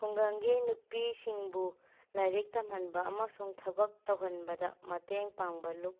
ꯈꯨꯡꯒꯪꯒꯤ ꯅꯨꯄꯤꯁꯤꯡꯕꯨ ꯂꯥꯏꯔꯤꯛ ꯇꯝꯍꯟꯕ ꯑꯃꯁꯨꯡ ꯊꯕꯛ ꯇꯧꯍꯟꯕꯗ ꯃꯇꯦꯡ ꯄꯥꯡꯕ ꯂꯨꯞ